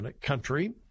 country